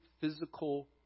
physical